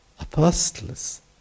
Apostles